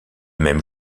même